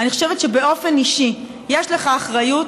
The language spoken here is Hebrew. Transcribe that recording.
אני חושבת שבאופן אישי יש לך אחריות